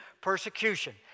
persecution